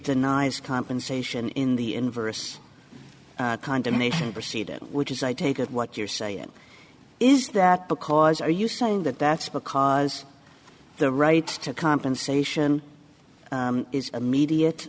denies compensation in the inverse condemnation proceeding which is i take it what you're saying is that because are you saying that that's because the right to compensation is immediate